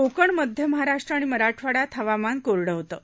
कोकण मध्य महाराष्ट्र आणि मराठवाडयात हवामान कोरडं होतं